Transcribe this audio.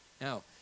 Now